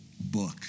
book